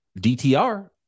DTR